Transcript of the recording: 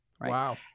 Wow